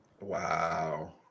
Wow